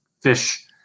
fish